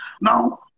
Now